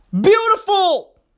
Beautiful